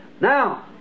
Now